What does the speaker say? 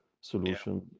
solution